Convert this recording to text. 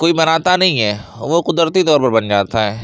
کوئی بناتا نہیں ہے وہ قدرتی طور پر بن جاتا ہے